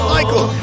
Michael